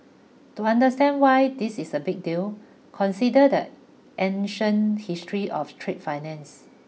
to understand why this is a big deal consider the ancient history of trade finance